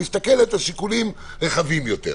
היא מסתכלת על שיקולים רחבים יותר.